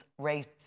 rates